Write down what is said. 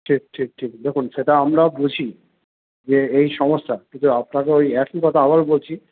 ঠিক ঠিক ঠিক দেখুন সেটা আমরাও বুঝি যে এই সমস্যা কিন্তু আপনাকে ওই একই কথা আবারও বলছি